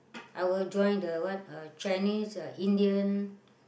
I will join the what uh Chinese uh Indian